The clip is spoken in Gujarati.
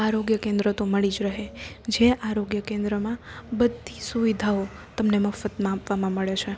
આરોગ્ય કેન્દ્ર તો મળી જ રહે જે આરોગ્ય કેન્દ્રમાં બધી સુવિધાઓ તમને મફતમાં આપવામાં મળે છે